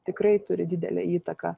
tikrai turi didelę įtaką